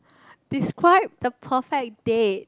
describe the perfect date